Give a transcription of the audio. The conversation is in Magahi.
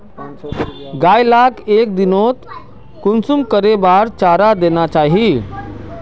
गाय लाक एक दिनोत कुंसम करे बार चारा देना चही?